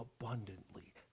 abundantly